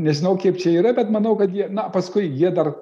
nežinau kiek čia yra bet manau kad jie na paskui jie dar